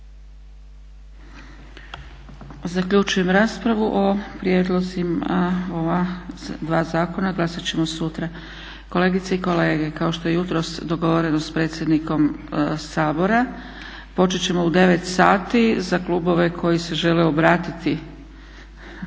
Zaključujem raspravu. O prijedlozima ova dva zakona glasat ćemo sutra. Kolegice i kolege, kao što je jutros dogovoreno s predsjednikom Sabora počet ćemo u 9,00 sati za klubove koji se žele obratiti